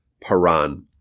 Paran